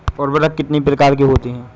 उर्वरक कितनी प्रकार के होते हैं?